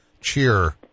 cheer